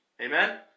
Amen